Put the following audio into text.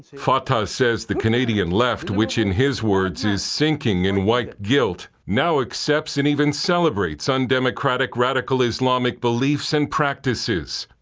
fatah says the canadian left, which in his words is sinking in white guilt, now accepts and even celebrates undemocratic radical islamic beliefs and practices.